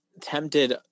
tempted